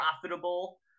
profitable